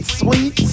sweet